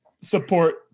support